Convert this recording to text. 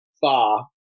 far